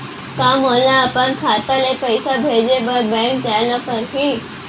का मोला अपन खाता ले पइसा भेजे बर बैंक जाय ल परही?